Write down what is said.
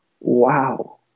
Wow